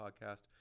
podcast